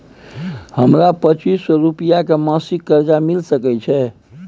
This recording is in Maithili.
हमरा पच्चीस सौ रुपिया के मासिक कर्जा मिल सकै छै?